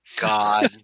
God